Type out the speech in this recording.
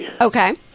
Okay